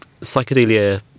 psychedelia